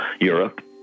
Europe